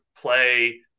play